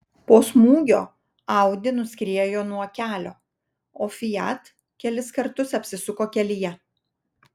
po smūgio audi nuskriejo nuo kelio o fiat kelis kartus apsisuko kelyje